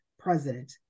President